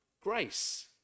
Grace